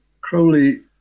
Crowley